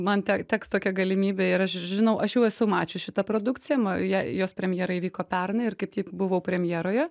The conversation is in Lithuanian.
man te teks tokia galimybė ir aš žinau aš jau esu mačius šitą produkciją ma ja jos premjera įvyko pernai ir kaip tik buvau premjeroje